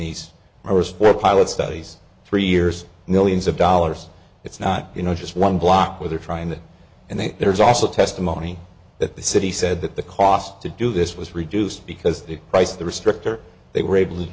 small pilot studies three years millions of dollars it's not you know just one block where they're trying that and then there's also testimony that the city said that the cost to do this was reduced because the price of the restrictor they were able to